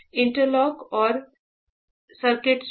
interlock और circuit switch